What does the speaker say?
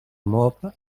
mob